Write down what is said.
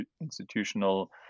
institutional